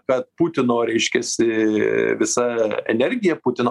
kad putino reiškiasi visa energija putino